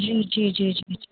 جی جی جی جی